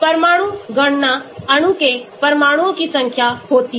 परमाणु गणना अणु में परमाणुओं की संख्या होती है